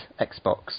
Xbox